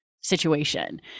situation